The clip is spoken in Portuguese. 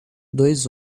dois